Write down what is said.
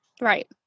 Right